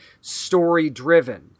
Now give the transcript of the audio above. story-driven